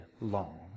long